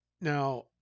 Now